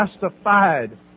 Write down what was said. justified